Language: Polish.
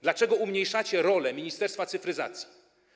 Dlaczego umniejszacie rolę Ministerstwa Cyfryzacji?